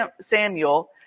Samuel